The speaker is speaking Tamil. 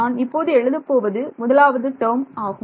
நான் இப்போது எழுதப் போவது முதலாவது டேர்ம் ஆகும்